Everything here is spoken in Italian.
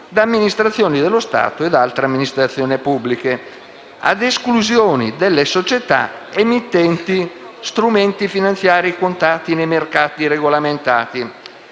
da amministrazioni dello Stato sia da altre amministrazioni pubbliche, ad esclusione delle società emittenti strumenti finanziari quotati nei mercati regolamentati.